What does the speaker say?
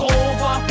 over